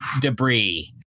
debris